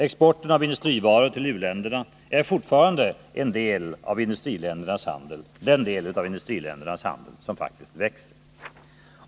Exporten av industrivaror till u-länderna är fortfarande den del av industriländernas handel som faktiskt växer.